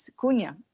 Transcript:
Cunha